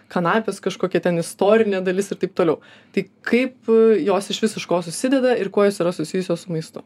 kanapės kažkokia ten istorinė dalis ir taip toliau tai kaip jos išvis iš ko susideda ir kuo jos yra susijusios su maistu